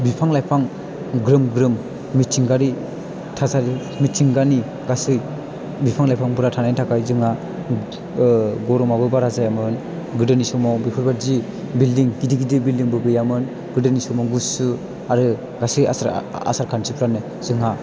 बिफां लाइफां ग्रोम ग्रोम मिथिंगारि थासारि मिथिंगानि गासै बिफां लाइफांफोरा थानायनि थाखाय जोंहा गरमाबो बारा जायामोन गोदोनि समाव बेफोरबायदि बिल्दिं गिदिर गिदिर बिल्दिं बो गैयामोन गोदोनि समाव गुसु आरो गासै आसारा आसारखान्थिफ्रानो जोंहा